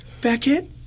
Beckett